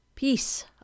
Peace